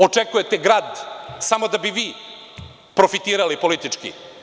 Očekujete grad samo da bi vi profitirali politički.